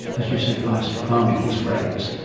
as you say, fire stick farming, his phrase,